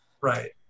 Right